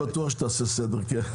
לא בטוח שתעשה סדר.